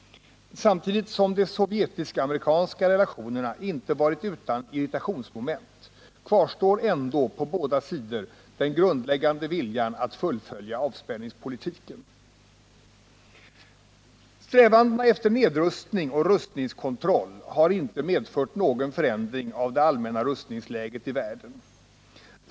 Samtidigt som de sovjetisk-amerikanska relationerna inte varit utan irritationsmoment kvarstår ändå på båda sidor den grundläggande viljan att fullfölja avspänningspolitiken. Strävandena efter nedrustning och rustningskontroll har inte medfört någon förändring av det allmänna rustningsläget i världen.